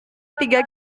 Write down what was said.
tiga